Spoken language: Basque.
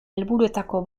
helburuetako